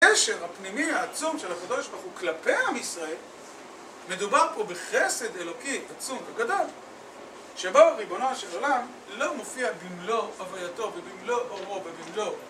הקשר הפנימי העצום של הקדוש ברוך הוא כלפי עם ישראל, מדובר פה בחסד אלוקי עצום וגדול שבו ריבונו של עולם לא מופיע במלוא הוויתו ובמלוא אורו ובמלוא...